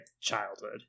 childhood